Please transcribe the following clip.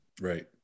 Right